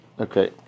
Okay